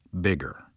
bigger